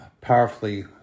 powerfully